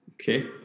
Okay